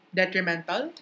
detrimental